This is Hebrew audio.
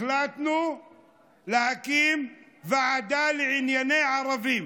החלטנו להקים ועדה לענייני ערבים.